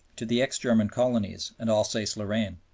to the ex-german colonies and alsace-lorraine.